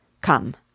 Come